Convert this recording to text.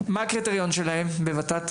מה הקריטריון שלהם?